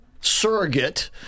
surrogate